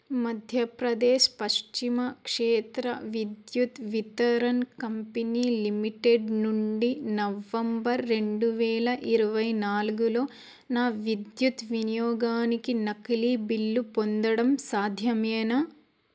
Madhya Pradesh Paschim Kshetra Vidyut Vitaran company limited నుండి November రెండు వేల ఇరవై నాలుగులో నా విద్యుత్ వినియోగానికి నకిలీ బిల్లు పొందడం సాధ్యమేనా